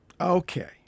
Okay